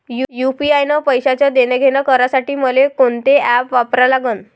UPI न पैशाचं देणंघेणं करासाठी मले कोनते ॲप वापरा लागन?